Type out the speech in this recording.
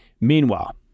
Meanwhile